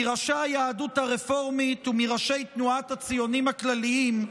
מראשי היהדות הרפורמית ומראשי תנועת הציונים הכלליים,